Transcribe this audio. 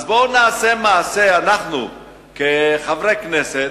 אז בואו נעשה מעשה, אנחנו כחברי כנסת,